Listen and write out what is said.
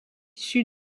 issu